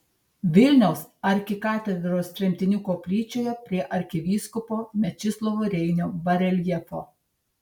vilniaus arkikatedros tremtinių koplyčioje prie arkivyskupo mečislovo reinio bareljefo